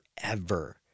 forever